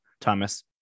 Thomas